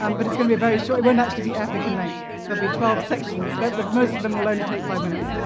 um but it's going to be very short, it won't actually be epic in length. they'll be twelve sections but but most of them will only take five minutes.